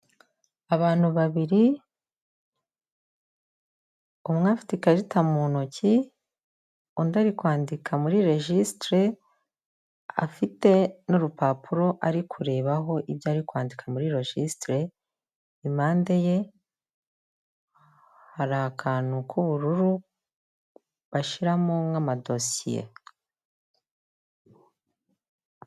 Abantu babiri, umwe afite ikarita mu ntoki, undi ari kwandika muri rojisitire, afite n'urupapuro ari kurebaho ibyo ari kwandika muri rojisitire, impande ye hari akantu k'ubururu bashyiramo nk'amadosiye.